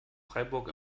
freiburg